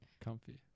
comfy